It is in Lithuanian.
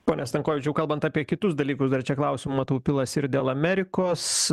pone stankovičiau kalbant apie kitus dalykus dar čia klausimų matau pilasi ir dėl amerikos